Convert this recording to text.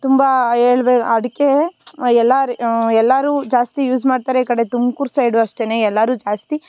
ತುಂಬ ಹೇಳ್ಬೆ ಅಡಿಕೆ ಎಲ್ಲ ಎಲ್ಲರೂ ಜಾಸ್ತಿ ಯೂಸ್ ಮಾಡ್ತಾರೆ ಇ ಕಡೆ ತುಮಕೂರು ಸೈಡು ಅಷ್ಟೇ ಎಲ್ಲರೂ ಜಾಸ್ತಿ